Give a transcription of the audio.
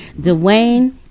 Dwayne